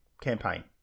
campaign